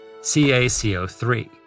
CaCO3